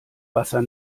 wasser